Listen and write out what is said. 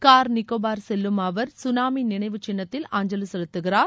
car Nicobar செல்லும் அவர் சுனாமி நினைவுச் சின்னத்தில் அஞ்சலி செலுத்துகிறார்